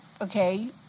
okay